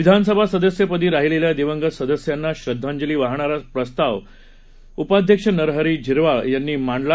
विधानसभा सदस्य पदी राहिलेल्या दिवंगत सदस्यांना श्रद्धांजली वाहणारा प्रस्ताव सभा उपाध्यक्ष नरहरी झिरवाल यांनी मांडला